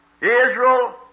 Israel